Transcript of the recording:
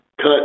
cut –